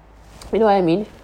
you know what I mean